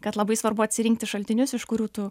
kad labai svarbu atsirinkti šaltinius iš kurių tu